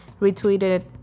retweeted